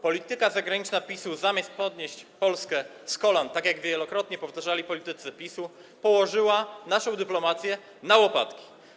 Polityka zagraniczna PiS-u, zamiast podnieść Polskę z kolan, tak jak wielokrotnie powtarzali politycy PiS-u, położyła naszą dyplomację na łopatki.